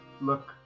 look